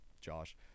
Josh